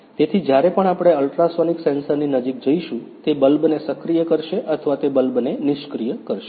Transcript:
તેથી જ્યારે પણ આપણે અલ્ટ્રાસોનિક સેન્સરની નજીક જઈશું તે બલ્બને સક્રિય કરશે અથવા તે બલ્બને નિષ્ક્રિય કરશે